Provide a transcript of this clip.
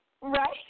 Right